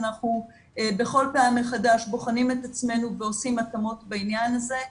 אנחנו בכל פעם בוחנים מחדש את עצמנו ועושים התאמות בעניין הזה.